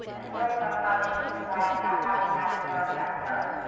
and learn about how they can provide that habitat in their own backyard.